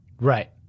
right